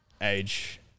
age